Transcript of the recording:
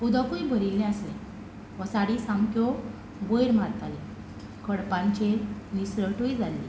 उदकूय भरिल्लें आसलें वसाडी सामक्यो वयर मारताल्यो खडपांचेर निसरटूय जाल्ली